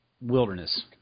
wilderness